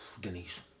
Denise